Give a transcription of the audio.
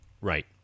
Right